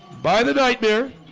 by the nightmare